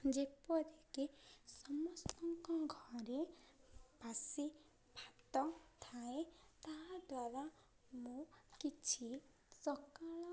ଯେପରିକି ସମସ୍ତଙ୍କ ଘରେ ବାସି ଭାତ ଥାଏ ତାହାଦ୍ୱାରା ମୁଁ କିଛି ସକାଳ